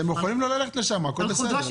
אתם יכולים לא ללכת לשם, הכול בסדר.